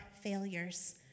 failures